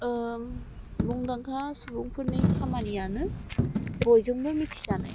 मुंदांखा सुबुंफोरनि खामानियानो बयजोंबो मिथिजानाय